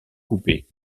coupé